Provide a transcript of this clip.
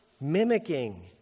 mimicking